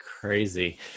crazy